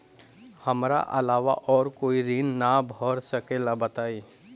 हमरा अलावा और कोई ऋण ना भर सकेला बताई?